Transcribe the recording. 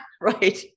right